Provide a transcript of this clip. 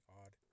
odd